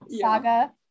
saga